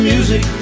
Music